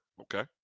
Okay